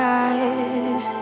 eyes